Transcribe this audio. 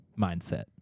mindset